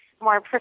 more